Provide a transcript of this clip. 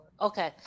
Okay